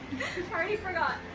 already forgot.